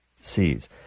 sees